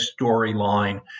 storyline